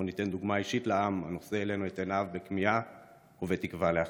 בואו ניתן דוגמה אישית לעם הנושא אלינו את עיניו בכמיהה ובתקווה לאחדות.